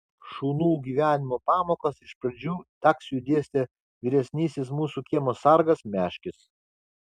šunų gyvenimo pamokas iš pradžių taksiui dėstė vyresnysis mūsų kiemo sargas meškis